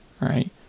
right